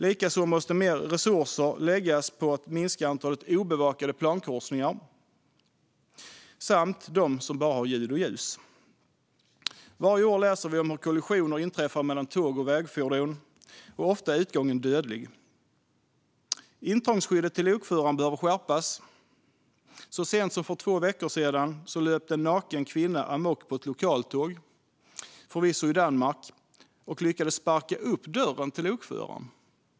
Likaså måste mer resurser läggas på att minska antalet obevakade plankorsningar och dem med bara ljud och ljus. Varje år läser vi om hur kollisioner inträffar mellan tåg och vägfordon, och ofta är utgången dödlig. Intrångsskyddet till lokföraren behöver förbättras. Så sent som för två veckor sedan löpte en naken kvinna amok på ett lokaltåg, förvisso i Danmark, och lyckade sparka upp dörren till lokföraren.